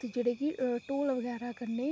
ते जेह्ड़े कि ढोल बगैरा करने